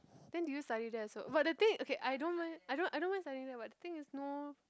then do you study there also but the thing okay I don't mind I don't I don't mind study there but the thing is no